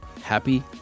happy